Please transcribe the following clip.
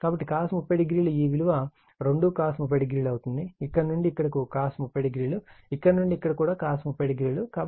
కాబట్టి cos 300 ఈ విలువ 2 cos 30 అవుతుంది ఇక్కడ నుండి ఇక్కడకు cos 300 ఇక్కడ నుండి ఇక్కడ కూడా cos 300